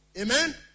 Amen